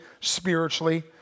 spiritually